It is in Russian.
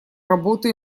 работу